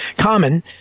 common